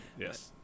Yes